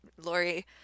Lori